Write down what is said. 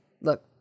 look